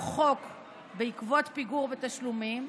וצובר חוב בעקבות פיגור בתשלומים,